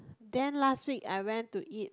then last week I went to eat